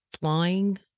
flying